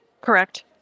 Correct